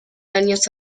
años